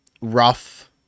rough